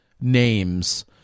names